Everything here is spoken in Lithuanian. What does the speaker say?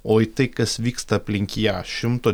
o į tai kas vyksta aplink ją šimto